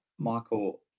Michael